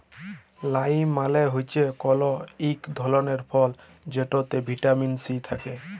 lime মালে হচ্যে ইক ধরলের ফল যেটতে ভিটামিল সি থ্যাকে